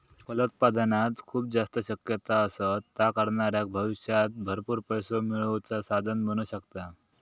फलोत्पादनात खूप जास्त शक्यता असत, ता करणाऱ्याक भविष्यात भरपूर पैसो मिळवुचा साधन बनू शकता